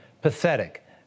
pathetic